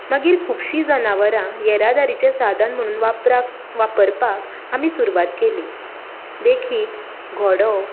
मागीर खुबशीं जनावरां येरादारीचें साधन म्हणुन वापराक वापरपाक आमी सुरवात केली देखीक घोडो